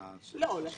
א',